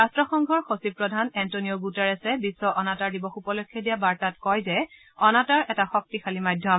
ৰাট্টসংঘৰ সচিবপ্ৰধান এণ্টনীয় গুটেৰছে বিশ্ব অনাতাঁৰ দিৱস উপলক্ষে দিয়া বাৰ্তাত কয় যে অনাতাঁৰ এটা শক্তিশালী মাধ্যম